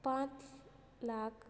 पांच लाख